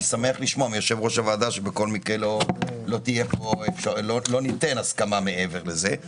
אני שמח לשמוע מיושב-ראש הוועדה שבכל מקרה לא ניתן הסכמה מעבר לזה,